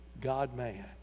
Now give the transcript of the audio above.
God-man